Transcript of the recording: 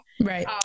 Right